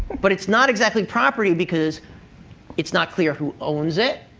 but it's not exactly property because it's not clear who owns it,